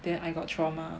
then I got trauma